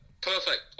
Perfect